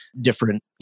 different